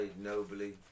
nobly